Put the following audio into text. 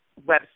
website